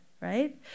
right